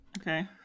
Okay